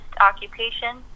occupation